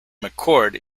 mccord